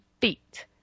feet